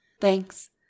Thanks